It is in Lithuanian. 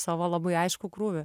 savo labai aiškų krūvį